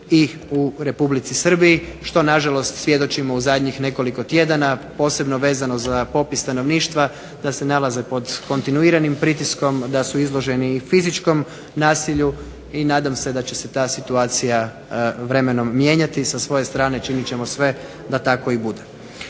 i u Republici Srbiji, što na žalost svjedočimo u zadnjih nekoliko tjedana, posebno vezano za popis stanovništva, da se nalaze pod kontinuiranim pritiskom, da su izloženi i fizičkom nasilju, i nadam se da će se ta situacija vremenom mijenjati. Sa svoje strane činit ćemo sve da tako i bude.